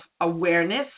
awareness